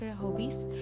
hobbies